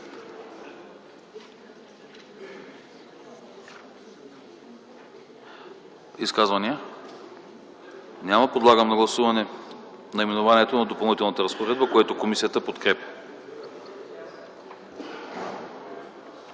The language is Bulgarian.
Изказвания? Няма. Подлагам на гласуване наименованието „Преходни и заключителни разпоредби”, което комисията подкрепя.